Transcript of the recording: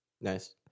Nice